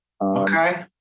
Okay